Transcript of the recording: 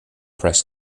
press